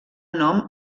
nom